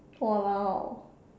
!walao!